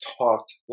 talked